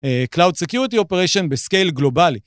Cloud Security Operation בסקייל גלובלי.